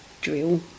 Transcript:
drill